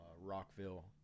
Rockville